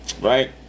Right